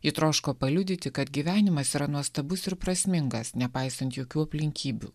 ji troško paliudyti kad gyvenimas yra nuostabus ir prasmingas nepaisant jokių aplinkybių